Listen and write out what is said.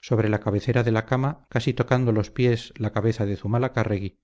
sobre la cabecera de la cama casi tocando con los pies la cabeza de zumalacárregui